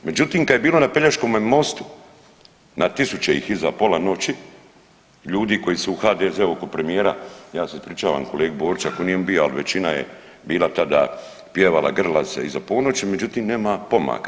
Međutim kad je bilo na Pelješkome mostu na 1000 ih iza pola noći, ljudi koji su u HDZ-u oko premijera, ja se ispričavam kolegi Boriću ako nije on bio, ali većina je bila tada pjevala, grlila se iza ponoći, međutim nema pomaka.